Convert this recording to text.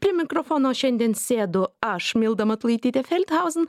prie mikrofono šiandien sėdu aš milda matulaitytė felthauzen